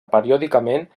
periòdicament